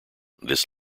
this